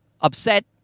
upset